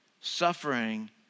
suffering